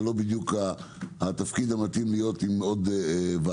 לא התפקיד המתאים להיות עם עוד ועדה.